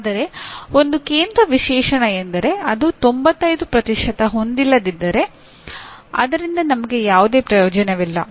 ಆದರೆ ಒಂದು ಕೇಂದ್ರ ವಿಶೇಷಣ ಎಂದರೆ ಅದು 95 ಹೊಂದಿಲ್ಲದಿದ್ದರೆ ಅದರಿಂದ ನಮಗೆ ಯಾವುದೇ ಪ್ರಯೋಜನವಿಲ್ಲ